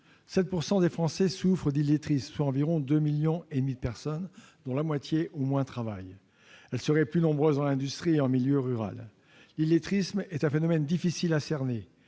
7 % des Français souffrent d'illettrisme, soit environ deux millions et demi de personnes, dont au moins la moitié travaille ; ils seraient plus nombreux dans l'industrie et en milieu rural. L'illettrisme est un phénomène difficile à cerner.